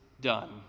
done